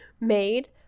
made